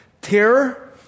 terror